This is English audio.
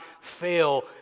fail